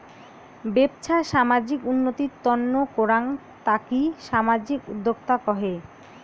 বেপছা সামাজিক উন্নতির তন্ন করাঙ তাকি সামাজিক উদ্যক্তা কহে